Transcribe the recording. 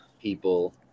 people